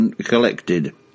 collected